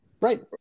Right